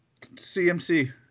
CMC